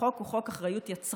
החוק הוא חוק אחריות יצרן.